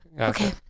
Okay